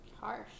harsh